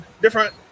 different